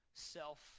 self